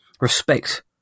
respect